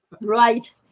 Right